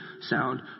sound